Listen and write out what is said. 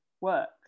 work